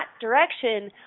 direction